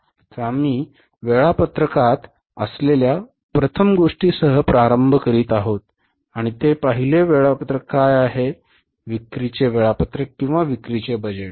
तर आम्ही वेळापत्रकात असलेल्या प्रथम गोष्टीसह प्रारंभ करीत आहोत आणि ते पहिले वेळापत्रक काय आहे विक्रीचे वेळापत्रक किंवा विक्रीचे बजेट